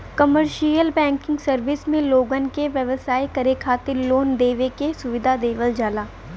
commercial banking service में लोगन के व्यवसाय करे खातिर लोन देवे के सुविधा देवल जाला